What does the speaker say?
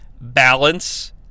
balance